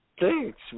Thanks